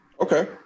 Okay